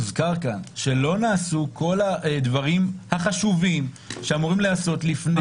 הוזכר כאן שלא נעשו כל הדברים החשובים שאמורים להיעשות לפני הצעד הזה.